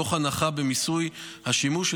תוך הנחה במיסוי השימוש,